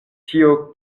tio